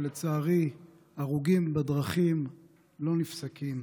ולצערי ההרוגים בדרכים לא נפסקים.